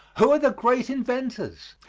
who are the great inventors?